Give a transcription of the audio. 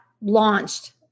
launched